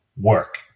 work